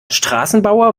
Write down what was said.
straßenbauer